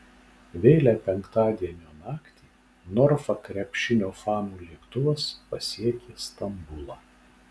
vėlią penktadienio naktį norfa krepšinio fanų lėktuvas pasiekė stambulą